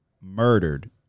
murdered